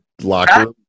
Locker